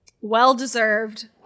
Well-deserved